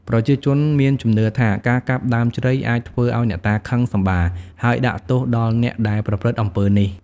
ប្រជាជនមានជំនឿថា ការកាប់ដើមជ្រៃអាចធ្វើឱ្យអ្នកតាខឹងសម្បារហើយដាក់ទោសដល់អ្នកដែលប្រព្រឹត្តអំពើនេះ។